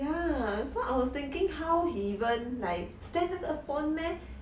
ya so I was thinking how he even stand 那个 phone meh